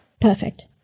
Perfect